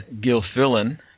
Gilfillan